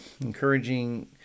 encouraging